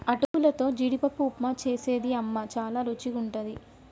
అటుకులతో జీడిపప్పు ఉప్మా చేస్తది అమ్మ చాల రుచిగుంటది